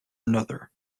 another